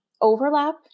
overlap